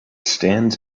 stands